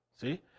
see